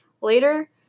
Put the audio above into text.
later